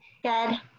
Good